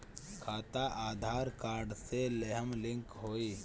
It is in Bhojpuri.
खाता आधार कार्ड से लेहम लिंक होई?